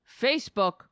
Facebook